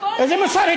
איזה מוסר?